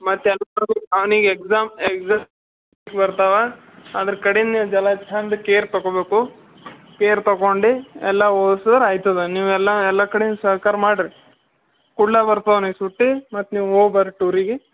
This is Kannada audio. ಮತ್ತೆ ಅವ್ನಿಗೆ ಎಕ್ಸಾಮ್ ಎಕ್ಸಾಮ್ ಬರ್ತಾವೆ ಅದರ ಕಡಿಂದು ಜರ ಚಂದ ಕೇರ್ ತಗೊಬೇಕು ಕೇರ್ ತಗೊಂಡು ಎಲ್ಲ ಓದ್ಸರ ಆಯ್ತದೆ ನೀವೆಲ್ಲ ಎಲ್ಲ ಕಡಿಂದು ಸಹಕಾರ ಮಾಡಿರಿ ಕೊಡ್ಲೇ ಬರ್ತಾವ ಅವ್ನಿಗೆ ಸುಟ್ಟಿ ಮತ್ತು ನೀವು ಹೋಗಿ ಬರ್ರಿ ಟೂರಿಗೆ